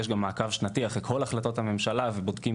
יש גם מעקב שנתי אחרי כל החלטות הממשלה ובודקים